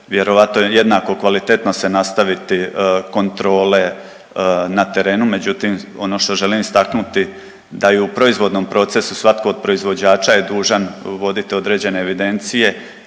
vjerojatno jednako kvalitetno se nastaviti kontrole na terenu, međutim ono što želim istaknuti da i u proizvodnom procesu svatko od proizvođača je dužan voditi određene evidencije,